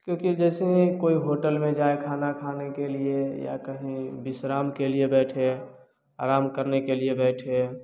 क्योंकि जैसे ही कोई होटल में जाए खाना खाने के लिए या कहीं विश्राम के लिए बैठे आराम करने के लिए बैठे